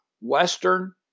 Western